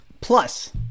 Plus